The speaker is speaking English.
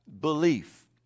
belief